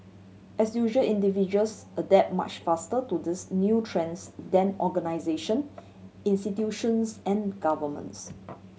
as usual individuals adapt much faster to these new trends than organisation institutions and governments